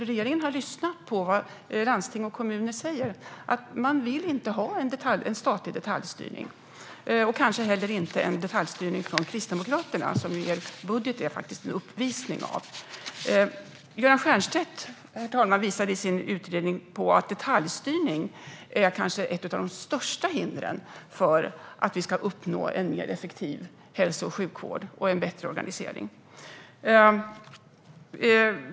Regeringen har lyssnat på vad landsting och kommuner säger: Man vill inte ha en statlig detaljstyrning och kanske inte heller en detaljstyrning från Kristdemokraterna, som er budget är en uppvisning i. Herr talman! Göran Stiernstedt har i sin utredning visat att detaljstyrning är ett av de kanske största hindren för att vi ska kunna uppnå en mer effektiv hälso och sjukvård och en bättre organisering.